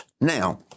Now